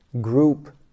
group